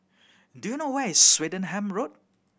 do you know where is Swettenham Road